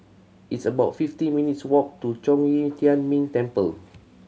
it's about fifty minutes' walk to Zhong Yi Tian Ming Temple